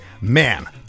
man